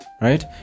Right